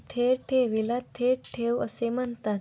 थेट ठेवीला थेट ठेव असे म्हणतात